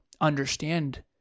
understand